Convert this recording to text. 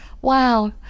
wow